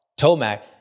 Tomac